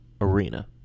Arena